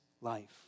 life